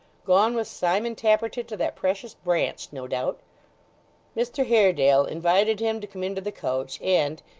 gone with simon tappertit to that precious branch, no doubt mr haredale invited him to come into the coach, and,